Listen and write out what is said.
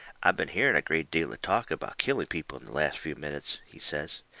i've been hearing a great deal of talk about killing people in the last few minutes, he says.